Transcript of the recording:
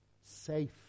safe